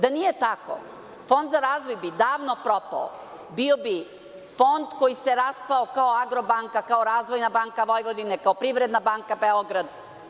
Da nije tako, Fond za razvoj bi davno propao, bio bi fond koji se raspao kao „Agrobanka“, kao „Razvojna banka Vojvodine“, kao „Privredna banka Beograd“